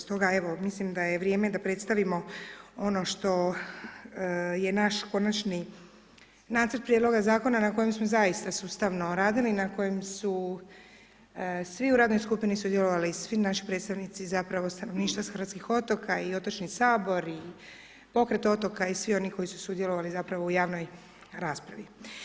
Stoga evo mislim da je vrijeme da predstavimo ono što je naš konačni nacrt prijedloga zakona na kojem smo zaista sustavno radili na kojem su svi u radnoj skupini sudjelovali, svi naši predstavnici zapravo stanovništva s hrvatskih otoka i otočni sabor i pokret otoka i svi oni koji su sudjelovali zapravo u javnoj raspravi.